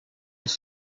elle